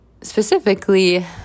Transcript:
specifically